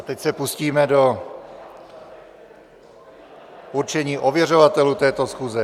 Teď se pustíme do určení ověřovatelů této schůze.